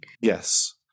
Yes